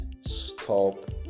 stop